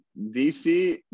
DC